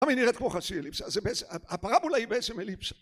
למה היא נראית כמו חצי אליפסה, זה בעצם, הפרבולה היא בעצם אליפסה